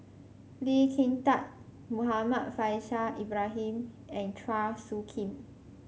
Lee Kin Tat Muhammad Faishal Ibrahim and Chua Soo Khim